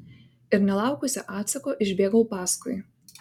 ir nelaukusi atsako išbėgau paskui